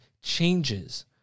changes